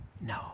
No